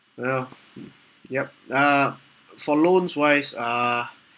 you know yup uh for loans wise uh